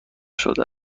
شده